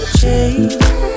change